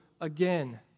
again